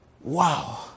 Wow